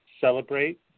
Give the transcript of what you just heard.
celebrate